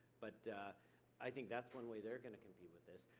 but i think that's one way they're gonna compete with this.